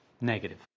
negative